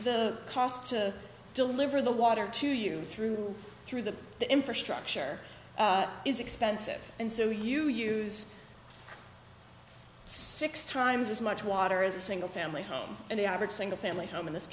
the cost to deliver the water to you through through the infrastructure is expensive and so you use six times as much water as a single family home in the average single family home in this